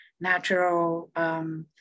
natural